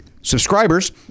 Subscribers